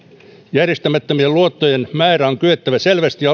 järjestämättömien luottojen määrää on kyettävä selvästi